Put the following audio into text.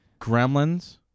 Gremlins